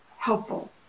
helpful